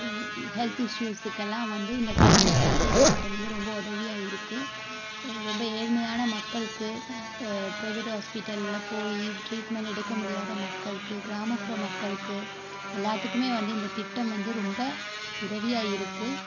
health இஷ்யூஸுக்கெல்லாம் வந்து இந்தக் கலைஞர் காப்பீட்டுத் திட்டம் வந்து ரொம்ப உதவியா இருக்குது ரொம்ப ஏழ்மையான மக்களுக்கு ப்ரைவேட் ஹாஸ்பிட்டலில் போய் ட்ரீட்மெண்ட் எடுக்க முடியாத மக்களுக்கு கிராமப்புற மக்களுக்கு எல்லாத்துக்குமே வந்து இந்தத் திட்டம் வந்து ரொம்ப உதவியாக இருக்குது